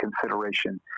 consideration